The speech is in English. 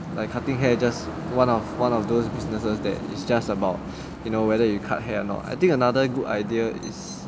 like cutting hair just one of one of those businesses that is just about you know whether you cut hair and err I think another good idea is